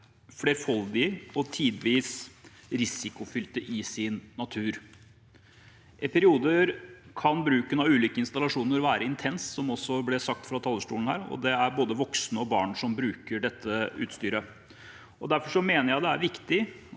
flerfoldige og tidvis risikofylte i sin natur. I perioder kan bruken av ulike installasjoner være intens, som det også ble sagt fra talerstolen her, og det er både voksne og barn som bruker dette utstyret. Derfor mener jeg det er viktig